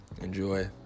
Enjoy